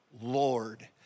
Lord